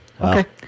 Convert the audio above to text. Okay